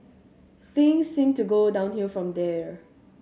things seemed to go downhill from there